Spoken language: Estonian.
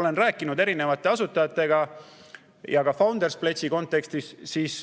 olen rääkinud asutajatega, ka Founders Pledge'i kontekstis, siis